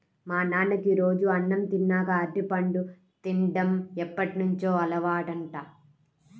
మా నాన్నకి రోజూ అన్నం తిన్నాక అరటిపండు తిన్డం ఎప్పటినుంచో అలవాటంట